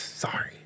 sorry